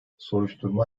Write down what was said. soruşturma